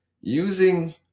using